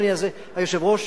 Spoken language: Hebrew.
אדוני היושב-ראש,